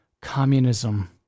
communism